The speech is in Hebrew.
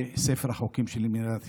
החוקים של מדינת ישראל.